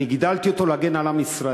אני גידלתי אותו להגן על עם ישראל,